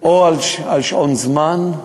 או על שעון זמן,